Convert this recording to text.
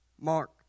Mark